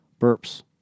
burps